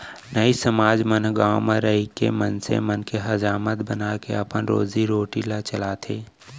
नाई समाज मन ह गाँव म रहिके मनसे मन के हजामत बनाके अपन रोजी रोटी ल चलाथे